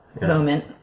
moment